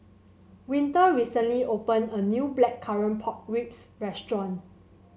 Winter recently opened a new Blackcurrant Pork Ribs restaurant